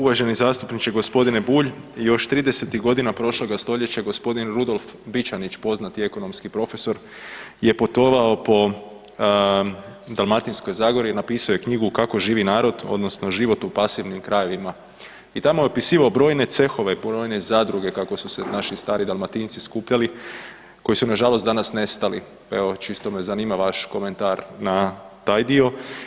Uvaženi zastupniče g. Bulj još tridesetih godina prošloga stoljeća g. Rudolf Bičanić poznati ekonomski profesor je putovao po Dalmatinskoj zagori i napisao je knjigu „Kako živi narod“ odnosno „Život u pasivnim krajevima“ i tamo je opisivao brojne cehove, brojne zadruge kako su se naši stari dalmatinci skupljali koji su nažalost danas nestali, pa evo čisto me zanima vaš komentar na taj dio.